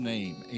name